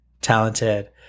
talented